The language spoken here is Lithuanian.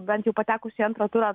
bent jau patekus į antrą turą